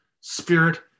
spirit